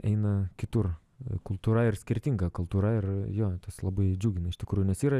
eina kitur kultūra ir skirtinga kultūra ir jo tas labai džiugina iš tikrųjų nes yra